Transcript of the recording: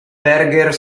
berger